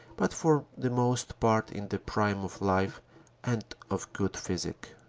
but for the most part in the prime of life and of good physique.